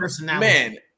Man